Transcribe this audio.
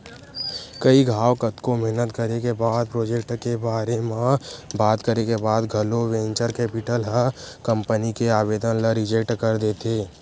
कई घांव कतको मेहनत करे के बाद प्रोजेक्ट के बारे म बात करे के बाद घलो वेंचर कैपिटल ह कंपनी के आबेदन ल रिजेक्ट कर देथे